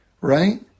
right